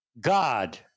God